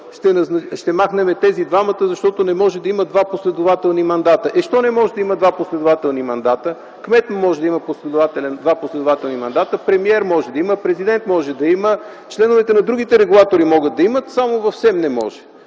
„Ще махнем тези двамата, защото не може да има два последователни мандата”. Е, защо не може да има два последователни мандата?! Кметът може да има два последователни мандата, премиер може да има, президент може да има, членовете на другите регулатори могат да имат, само в СЕМ – не може!